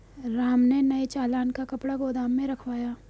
राम ने नए चालान का कपड़ा गोदाम में रखवाया